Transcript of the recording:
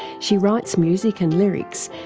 she writes music and lyrics,